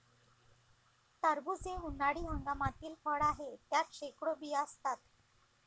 टरबूज हे उन्हाळी हंगामातील फळ आहे, त्यात शेकडो बिया असतात